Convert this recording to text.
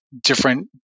different